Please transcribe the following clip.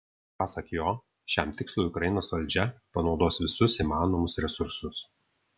pasak jo šiam tikslui ukrainos valdžia panaudos visus įmanomus resursus